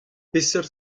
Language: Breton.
peseurt